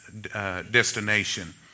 destination